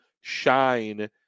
shine